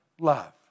love